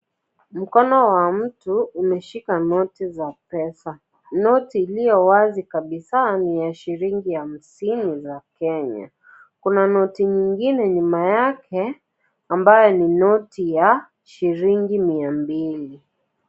Mkono wa mtu umeshika noti za pesa. Noti iliyo wazi kabisa ni ya shilingi hamsini za Kenya. Kuna noti nyingine nyuma yake ambayo ni noti ya shilingi mia mbili.